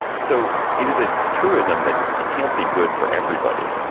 so it is a truism that it can't be good for everybody.